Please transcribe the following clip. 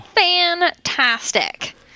fantastic